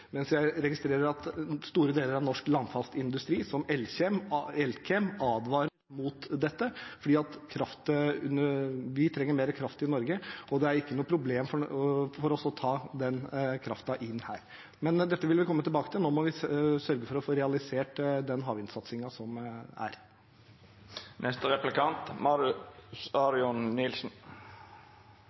mens jeg registrerer at store deler av norsk landfastindustri, som Elkem, advarer mot dette fordi de trenger mer kraft i Norge. Det er ikke noe problem for oss å ta den kraften inn her. Dette vil vi komme tilbake til. Nå må vi sørge for å få realisert den havvindsatsingen som er.